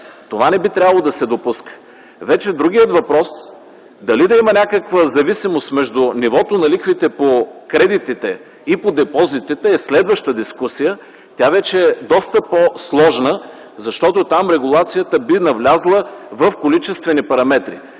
Това не би трябвало да се допуска! Другият въпрос – дали да има някаква зависимост между нивото на лихвите по кредитите и по депозитите, е следваща дискусия. Тя вече е доста по-сложна, защото там регулацията би навлязла в количествени параметри.